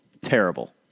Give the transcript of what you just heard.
Terrible